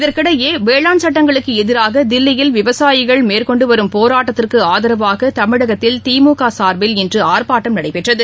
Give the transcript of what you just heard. இதற்கிடையேவேளாண் சட்டங்களுக்குஎதிராகதில்லியில் விவசாயிகள் மேற்கொண்டுவரும் போராட்டத்துக்குஆதரவாகதமிழகத்தில் திமுகசா்பில் இன்றுஆர்ப்பாட்டம் நடைபெற்றது